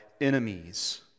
enemies